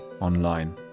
online